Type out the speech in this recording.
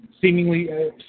seemingly